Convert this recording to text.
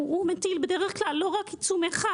הוא מטיל בדרך כלל לא רק עיצום אחד,